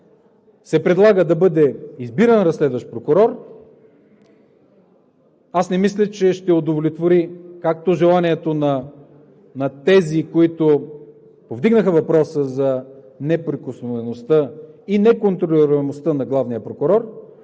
се предлага да бъде избиран разследващ прокурор, аз не мисля, че ще удовлетвори както желанието на тези, които повдигнаха въпроса за неприкосновеността и неконтролируемостта на главния прокурор,